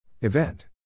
Event